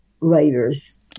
writers